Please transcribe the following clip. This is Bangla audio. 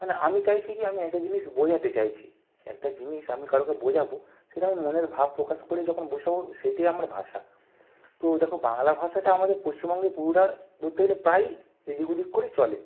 মানে আমি চাইছি কি আমি একটা জিনিস বোঝাতে চাইছি একটা জিনিস আমি কারোকে বোঝাবো সেটা আমার মনের ভাব প্রকাশ করে যখন বসাবো সেইটিই আমার ভাষা তো দেখো বাংলা ভাষাটা আমাদের পশ্চিমবঙ্গে পুরোটা ধত্তে গেলে প্রায়ই এদিক ওদিক করে চলে